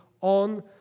on